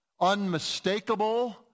unmistakable